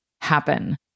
happen